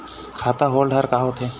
खाता holder का होथे?